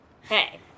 Hey